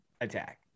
attack